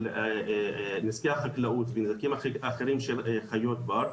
נזקי החקלאות ונזקים אחרים של חיות בר.